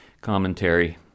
commentary